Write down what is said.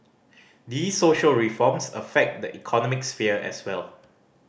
these social reforms affect the economic sphere as well